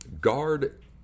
guard